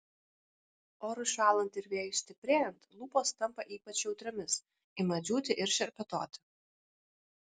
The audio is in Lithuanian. orui šąlant ir vėjui stiprėjant lūpos tampa ypač jautriomis ima džiūti ir šerpetoti